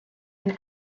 been